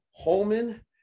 Holman